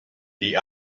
the